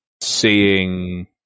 seeing